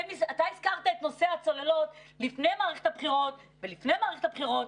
אתה הזכרת את נושא הצוללות לפני מערכת הבחירות ולפני מערכת הבחירות.